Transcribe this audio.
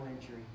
injury